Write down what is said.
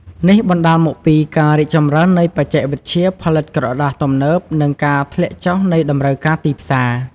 នេះបណ្ដាលមកពីការរីកចម្រើននៃបច្ចេកវិទ្យាផលិតក្រដាសទំនើប និងការធ្លាក់ចុះនៃតម្រូវការទីផ្សារ។